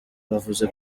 bavuze